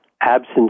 absence